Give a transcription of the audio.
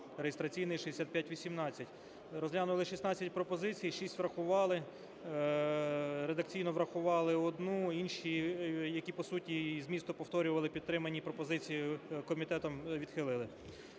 (реєстраційний 6518). Розглянули шістнадцять пропозицій, шість врахували, редакційно врахували одну, інші, які по суті і змісту повторювали підтримані пропозиції комітетом відхилили.